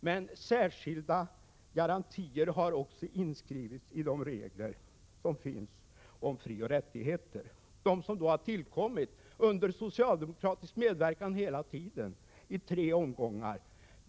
Men särskilda garantier har också inskrivits i reglerna om frioch rättigheter, som tillkommit under socialdemokratisk medverkan i tre omgångar.